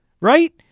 Right